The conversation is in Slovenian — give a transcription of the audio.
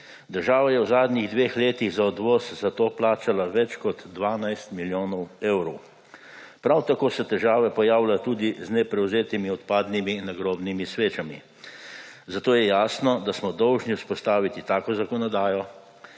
Država je v zadnjih dveh letih za odvoz za to plačala več kot 12 milijonov evrov. Prav tako se težave pojavljajo tudi z neprevzetimi odpadnimi nagrobnimi svečami. Zato je jasno, da smo dolžni vzpostaviti tako zakonodajo,